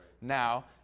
now